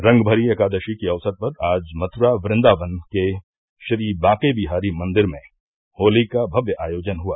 रंगभरी एकादशी के अवसर पर आज म्थुरा वृंदावन के श्री बांकेबिहारी मंदिर में होली का भव्य आयोजन हुआ